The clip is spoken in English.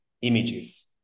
images